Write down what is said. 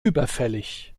überfällig